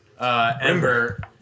Ember